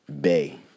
Bay